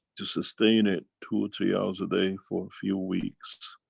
to sustain it two or three hours a day, for a few weeks.